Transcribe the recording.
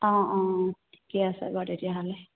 অঁ অঁ ঠিকে আছে বাৰু তেতিয়াহ'লে